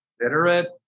literate